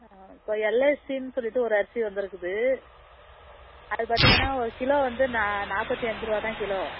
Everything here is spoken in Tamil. ஆ இப்போ எல்ஐசின் சொல்லிவிட்டு ஒரு அரிசி வந்துருக்குது அது பார்த்தீங்கன்னா ஒரு கிலோ வந்து நான் நாற்பத்தி அஞ்சிரூவா தான் கிலோ